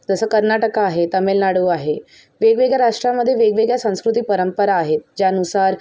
जसं कर्नाटका आहे तमिलनाडू आहे वेगवेगळ्या राष्ट्रामध्ये वेगवेगळ्या संस्कृती परंपरा आहेत ज्यानुसार